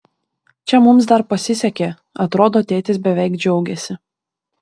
čia mums dar pasisekė atrodo tėtis beveik džiaugėsi